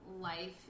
life